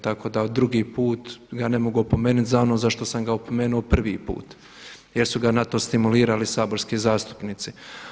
Tako da drugi put, ja ne mogu opomenuti za ono za što sam ga opomenuo prvi put jer su ga na to stimulirali saborski zastupnici.